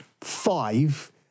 five